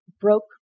broke